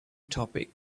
topic